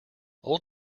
old